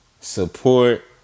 support